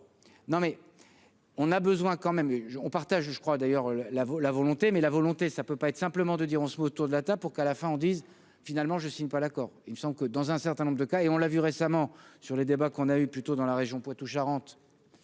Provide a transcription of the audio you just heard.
non mais on a besoin quand même on partage je crois d'ailleurs la vous la volonté mais la volonté, ça peut pas être simplement de dire : on se met autour de la ta pour qu'à la fin on dise finalement : je signe pas l'accord, il me semble que dans un certain nombre de cas et on l'a vu récemment sur les débats qu'on a eu plutôt dans la région Poitou-Charentes,